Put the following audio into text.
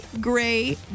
Gray